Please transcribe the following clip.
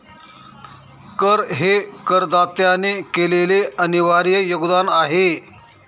कर हे करदात्याने केलेले अनिर्वाय योगदान आहे